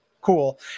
cool